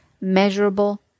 measurable